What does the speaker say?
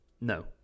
No